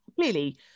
clearly